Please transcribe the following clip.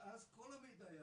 ואז כל המידע יעבוד.